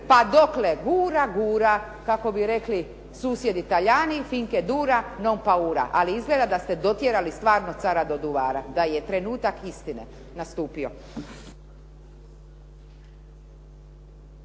pa dokle gura gura. Kako bi rekli susjedi Talijani "Fince dura, non paura". Ali izgleda da ste dotjerali stvarno cara do duvara, da je trenutak istine nastupio.